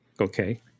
Okay